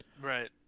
right